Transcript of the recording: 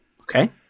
Okay